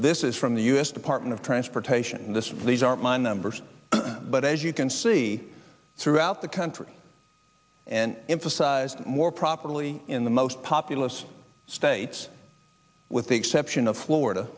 this is from the u s department of transportation this these are my numbers but as you can see throughout the country and emphasized more properly in the most populous states with the exception of florida